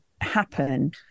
happen